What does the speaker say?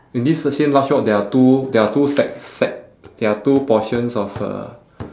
in this large rock there are two there are two sec~ sec~ there are two portions of uh